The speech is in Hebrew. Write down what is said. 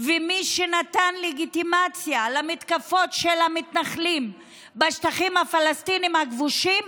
הוא מי שנתן לגיטימציה למתקפות של המתנחלים בשטחים הפלסטיניים הכבושים,